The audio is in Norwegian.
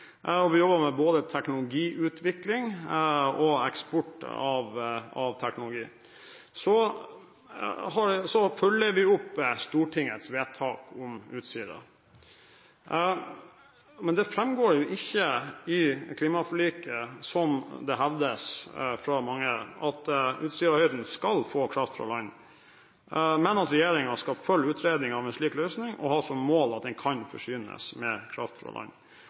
og vi jobber med både teknologiutvikling og eksport av teknologi. Så følger vi opp Stortingets vedtak om Utsira. Men det framgår jo ikke i klimaforliket, som det hevdes av mange, at Utsirahøyden skal få kraft fra land, men at regjeringen skal følge opp utredningen av en slik løsning og ha som mål at den kan forsynes med kraft fra land.